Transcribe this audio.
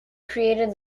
created